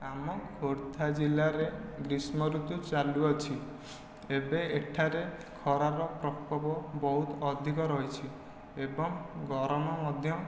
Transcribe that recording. ଆମ ଖୋର୍ଦ୍ଧା ଜିଲ୍ଲାରେ ଗ୍ରୀଷ୍ମଋତୁ ଚାଲୁଅଛି ଏବେ ଏଠାରେ ଖରାର ପ୍ରକୋପ ବହୁତ ଅଧିକ ରହିଛି ଏବଂ ଗରମ ମଧ୍ୟ